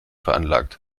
veranlagt